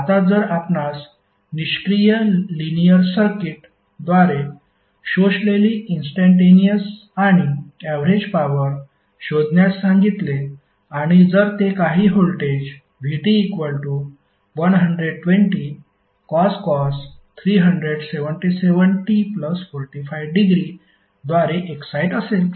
आता जर आपणास निष्क्रीय लिनिअर सर्किट द्वारे शोषलेली इंस्टंटेनिअस आणि ऍवरेज पॉवर शोधण्यास सांगितले आणि जर ते काही व्होल्टेज vt120cos 377t45° द्वारे एक्साईट असेल